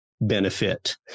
Benefit